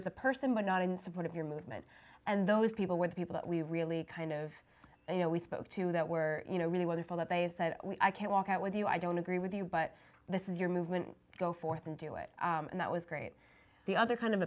as a person but not in support of your movement and those people with people that we really kind of you know we spoke to that were you know really wonderful that they said i can walk out with you i don't agree with you but this is your movement go forth and do it and that was great the other kind of